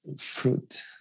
fruit